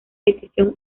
petición